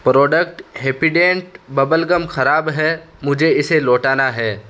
product Happydent bubble gum خراب ہے مجھے اسے لوٹانا ہے